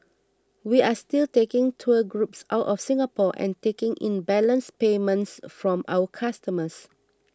we are still taking tour groups out of Singapore and taking in balance payments from our customers